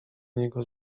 niego